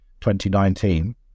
2019